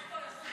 יש פה נוכחות.